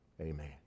Amen